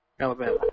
Alabama